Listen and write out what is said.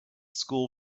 school